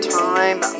time